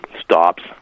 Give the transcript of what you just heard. stops